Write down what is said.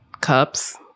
cups